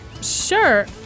Sure